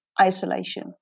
isolation